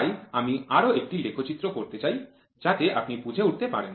তাই আমি আরও একটি লেখচিত্র করতে চাই যাতে আপনি বুঝে উঠতে পারেন